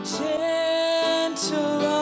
gentle